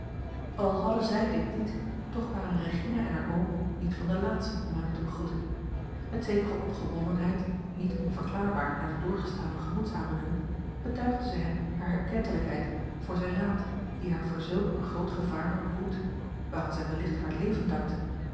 al hadden zij dit niet toch waren regina en haar oom niet van de laatsten om hem te begroeten met zekere opgewondenheid niet onverklaarbaar na de doorgestane gemoedsaandoeningen betuigde zij hem hare erkentelijkheid voor zijn raad die haar voor zulk een groot gevaar had behoed waaraan zij wellicht haar leven dankte